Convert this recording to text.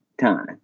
time